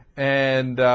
and